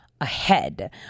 ahead